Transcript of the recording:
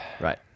Right